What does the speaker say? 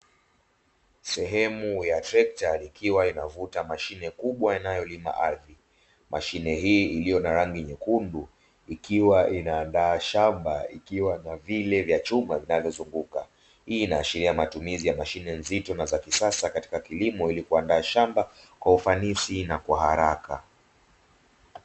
Sehemu ya trekta ikiwa inavuta mashine kubwa inayolima ardhi, mashine hii iliyo na rangi nyekundu ikiwa inaandaa shamba ikiwa na vile vya chuma zinazozunguka, hii inaashiria matumizi ya mashine nzito na za kisasa katika kilimo ili kuandaa shamba kwa ufanisi na kwa haraka.